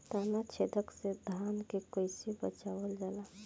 ताना छेदक से धान के कइसे बचावल जाला?